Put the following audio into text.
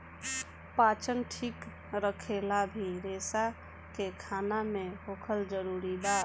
पाचन ठीक रखेला भी रेसा के खाना मे होखल जरूरी बा